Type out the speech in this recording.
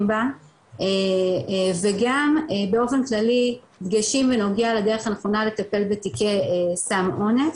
בה וגם באופן כללי דגשים בנוגע לדרך הנכונה לטפל בתיקי סם אונס,